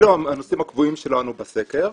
אלה הנושאים הקבועים שלנו בסקר.